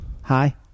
Hi